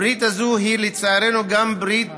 הברית הזו היא, לצערנו, גם ברית דמים,